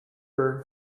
her